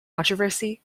controversy